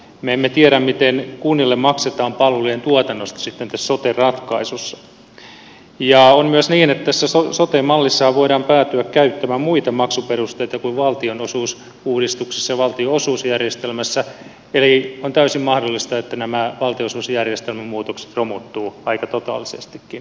me emme tiedä miten kunnille maksetaan palvelujen tuotannosta sitten tässä sote ratkaisussa ja on myös niin että tässä sote mallissahan voidaan päätyä käyttämään muita maksuperusteita kuin valtionosuusuudistuksessa ja valtionosuusjärjestelmässä eli on täysin mahdollista että nämä valtionosuusjärjestelmän muutokset romuttuvat aika totaalisestikin